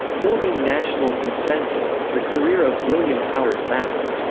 building national consensus the career of william howard taft.